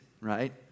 right